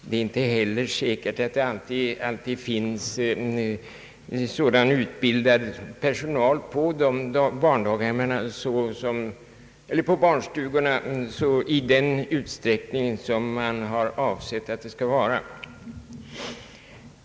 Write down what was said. Det är inte heller säkert att det alltid finns utbildad personal på barnstugorna i den utsträckning man har avsett.